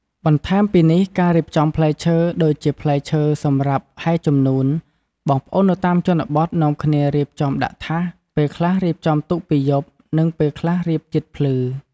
បន្ថែមពីនេះការរៀបចំំផ្លែឈើ ដូចជាផ្លែឈើសម្រាប់ហែរជំនួនបងប្អូននៅតាមជនបទនាំគ្នារៀបចំដាក់ថាស ពេលខ្លះរៀបចំទុកពីយប់និងពេលខ្លះរៀបជិតភ្លឺ។